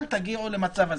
אל תגיעו למצב הזאה,